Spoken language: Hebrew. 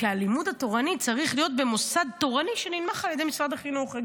כי הלימוד התורני צריך להיות במוסד תורני שנתמך על ידי משרד החינוך.